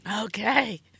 Okay